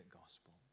gospel